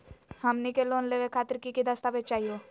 हमनी के लोन लेवे खातीर की की दस्तावेज चाहीयो?